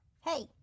Hey